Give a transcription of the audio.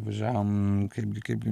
važiavome kaipgi kaipgi